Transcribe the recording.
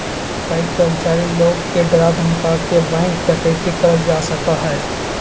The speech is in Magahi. बैंक कर्मचारी लोग के डरा धमका के बैंक डकैती करल जा सका हय